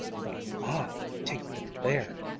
but i take them there!